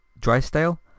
Drysdale